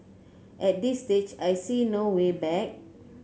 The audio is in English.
at this stage I see no way back